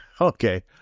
Okay